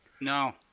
No